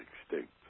extinct